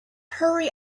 hurry